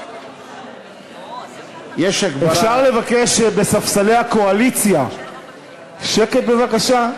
יש הגברה, אפשר לבקש בספסלי הקואליציה שקט, בבקשה?